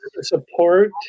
support